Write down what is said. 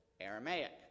Aramaic